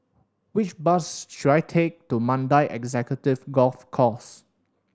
which bus should I take to Mandai Executive Golf Course